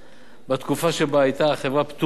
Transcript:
בתקופה שבה היתה החברה פטורה ממס חברות,